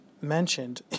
mentioned